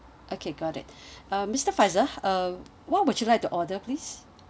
okay got it uh mister faisal uh what would you like to order please